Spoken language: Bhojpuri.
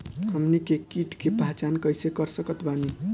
हमनी के कीट के पहचान कइसे कर सकत बानी?